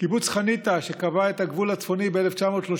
קיבוץ חניתה, שקבע את הגבול הצפוני ב-1937,